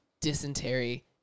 Dysentery